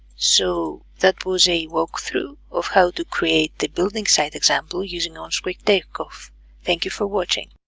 so, that was a walk-through of how to create the building site example using on-screen take-off thank you for watching